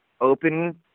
open